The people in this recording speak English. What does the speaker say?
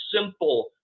simple